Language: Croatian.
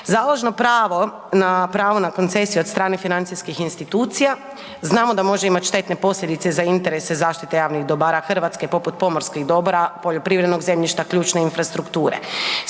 pravo na pravo na koncesiju od strane financijskih institucija znamo da može imati štetne posljedice za interese zaštite javnih dobara Hrvatske poput pomorskih dobra, poljoprivrednog zemljišta, ključne infrastrukture.